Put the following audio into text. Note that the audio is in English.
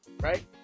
right